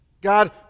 God